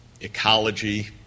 ecology